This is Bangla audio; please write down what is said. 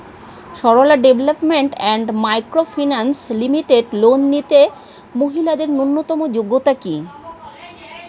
Sarala development and micro finance limited loan নিতে মহিলাদের ন্যূনতম যোগ্যতা কী?